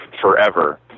forever